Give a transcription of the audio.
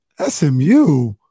SMU